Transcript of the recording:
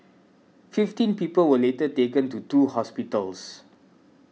fifteen people were later taken to two hospitals